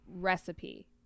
recipe